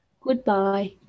Goodbye